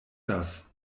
das